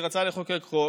רצה לחוקק חוק,